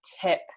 tip